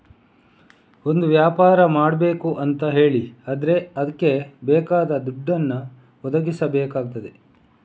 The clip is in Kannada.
ಒಂದು ವ್ಯಾಪಾರ ಮಾಡ್ಬೇಕು ಅಂತ ಹೇಳಿ ಆದ್ರೆ ಅದ್ಕೆ ಬೇಕಾದ ದುಡ್ಡನ್ನ ಒದಗಿಸಬೇಕಾಗ್ತದೆ